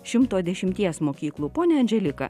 šimto dešimties mokyklų ponia andželika